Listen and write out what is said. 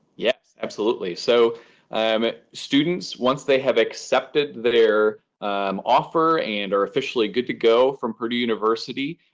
yes. absolutely. so students, once they have accepted their um offer and are officially good to go from purdue university,